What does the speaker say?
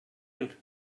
and